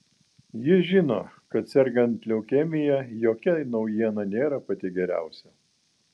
ji žino kad sergant leukemija jokia naujiena nėra pati geriausia